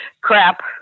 crap